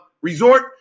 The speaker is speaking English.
resort